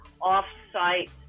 off-site